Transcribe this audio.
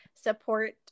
support